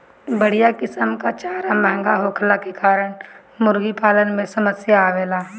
बढ़िया किसिम कअ चारा महंगा होखला के कारण मुर्गीपालन में समस्या आवेला